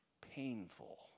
painful